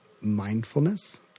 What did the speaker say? mindfulness